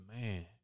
man